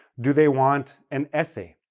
do they want an essay?